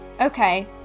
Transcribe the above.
Okay